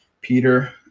Peter